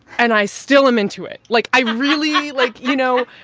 and i still am into it. like i really like, you know,